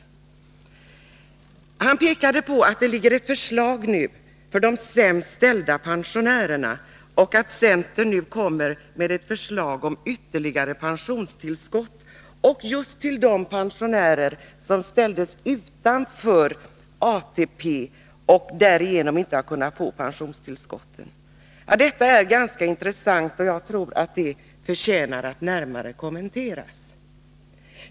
Thorbjörn Fälldin pekade på att det nu föreligger ett förslag för de sämst ställda pensionärerna och att centern kommer med ett förslag om ytterligare pensionstillskott just till de pensionärer som ställdes utanför ATP och därigenom inte har kunnat få pensionstillskott. Detta är ganska intressant, och jag tror att det förtjänar att närmare kommenteras.